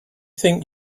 think